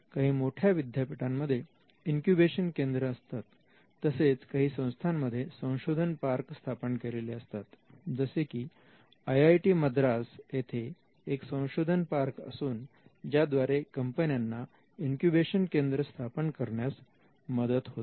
काही मोठ्या विद्यापीठांमध्ये इंक्युबॅशन केंद्र असतात तसेच काही संस्थांमध्ये संशोधन पार्क स्थापन केलेले असतात जसे की आयआयटी मद्रास येथे एक संशोधन पार्क असून ज्याद्वारे कंपन्यांना इंक्युबॅशन केंद्र स्थापन करण्यास मदत होते